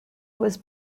was